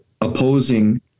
opposing